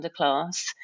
underclass